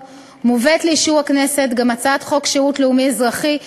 מובאת לאישור הכנסת הצעת חוק שירות לאומי-אזרחי,